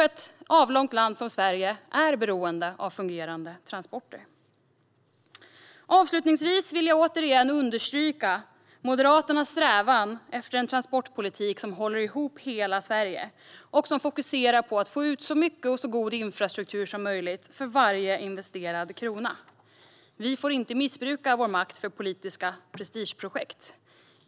Ett avlångt land som Sverige är beroende av fungerande transporter. Avslutningsvis vill jag återigen understryka Moderaternas strävan efter en transportpolitik som håller ihop hela Sverige och som fokuserar på att få ut så mycket och så god infrastruktur som möjligt för varje investerad krona. Vi får inte missbruka vår makt för politiska prestigeprojekt.